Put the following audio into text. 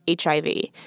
HIV